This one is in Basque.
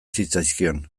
zitzaizkion